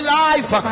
life